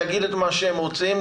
להגיד את מה שהם רוצים,